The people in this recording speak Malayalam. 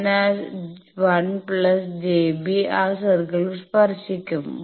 ഞാൻ ആ 1 പ്ലസ് jb ആ സർക്കിൾ സ്പർശിക്കും